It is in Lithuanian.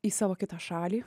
į savo kitą šalį